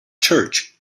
church